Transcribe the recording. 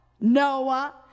Noah